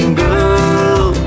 girl